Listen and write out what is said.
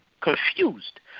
confused